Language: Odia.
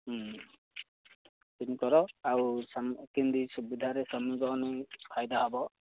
ସେମିତି କର ଆଉ କେନ୍ତି ସୁବିଧାରେ ଶ୍ରମିକ ମାନଙ୍କୁ ଫାଇଦା ହେବ